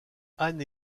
anne